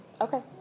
Okay